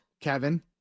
Kevin